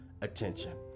attention